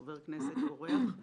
חבר כנסת, אורח.